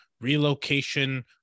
relocation